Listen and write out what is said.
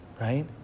right